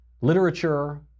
literature